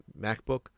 MacBook